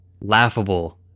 laughable